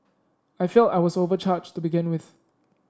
I felt I was overcharged to begin with